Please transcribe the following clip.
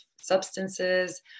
substances